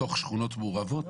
לתוך שכונות מעורבות